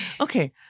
Okay